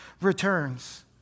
returns